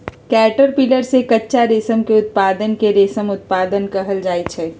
caterpillar से कच्चा रेशम के उत्पादन के रेशम उत्पादन कहल जाई छई